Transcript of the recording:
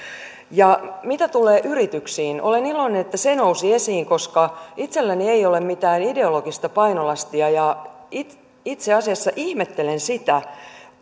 mitä tulee yrityksiin niin olen iloinen että se nousi esiin koska itselläni ei ole mitään ideologista painolastia ja itse itse asiassa ihmettelen sitä